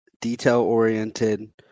detail-oriented